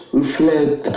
reflect